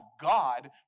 God